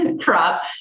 crop